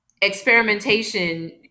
experimentation